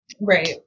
right